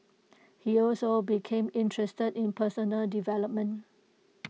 he also became interested in personal development